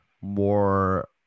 more